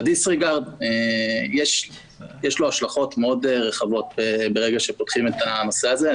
לדיס-ריגרד יש השלכות מאוד רחבות ברגע שפותחים את הנושא הזה.